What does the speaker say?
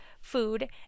food